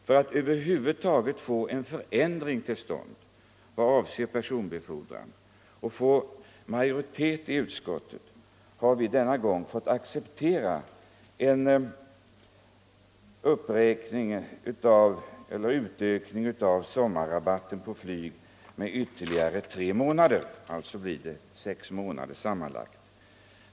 För att skapa majoritet i utskottet så att över huvud taget någon förändring kommer till stånd i vad avser personbefordran har vi denna gång accepterat en utökning av tiden för sommarrabatt på flyg med ytterligare tre månader — den blir alltså sex månader sammanlagt.